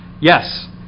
Yes